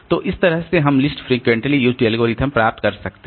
तो इस तरह हम लिस्ट फ्रिक्वेंटली यूज्ड एल्गोरिथ्म प्राप्त कर सकते हैं